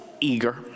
eager